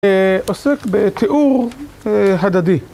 עוסק בתיאור הדדי.